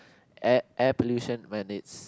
air air pollution man it's